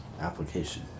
application